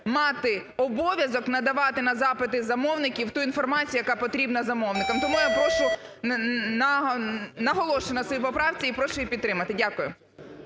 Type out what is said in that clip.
мати обов'язок надавати на запити замовників ту інформацію, яка потрібна замовникам. Тому я прошу, наголошую на своїй поправці і прошу її підтримати. Дякую.